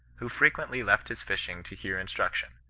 who frequently left his fishing to hear instruction,